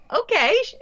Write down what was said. okay